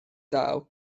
ddaw